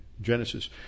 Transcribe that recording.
Genesis